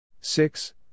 Six